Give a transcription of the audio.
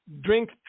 drink